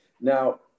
Now